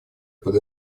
под